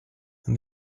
and